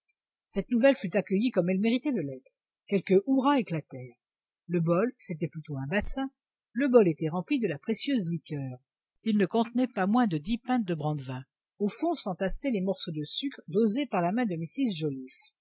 cette nouvelle fut accueillie comme elle méritait de l'être quelques hurrahs éclatèrent le bol c'était plutôt un bassin le bol était rempli de la précieuse liqueur il ne contenait pas moins de dix pintes de brandevin au fond s'entassaient les morceaux de sucre dosés par la main de